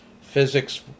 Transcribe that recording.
physics